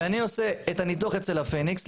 ואני עושה את הניתוח אצל הפניקס,